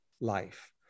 life